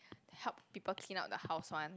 help people clean up the house one